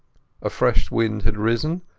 a fresh wind had risen,